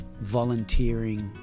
volunteering